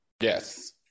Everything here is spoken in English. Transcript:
Yes